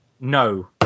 No